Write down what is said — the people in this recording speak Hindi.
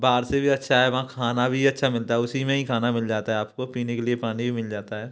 बाहर से भी अच्छा है वहाँ खाना भी अच्छा मिलता है उसी में ही खाना मिल जाता है आपको पीने के लिए पानी भी मिल जाता है